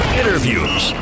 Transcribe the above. interviews